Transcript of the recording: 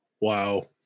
Wow